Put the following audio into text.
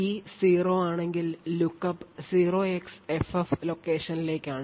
key 0 ആണെങ്കിൽ lookup 0xFF ലൊക്കേഷനിലേക്കാണ്